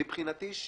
מבחינתי,